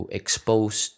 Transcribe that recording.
expose